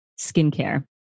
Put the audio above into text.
skincare